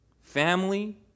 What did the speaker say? family